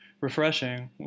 refreshing